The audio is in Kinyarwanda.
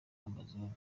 amazon